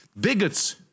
Bigots